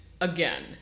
again